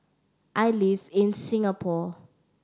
I live in Singapore